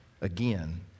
again